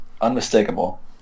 unmistakable